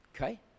Okay